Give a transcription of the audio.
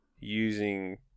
using